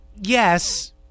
yes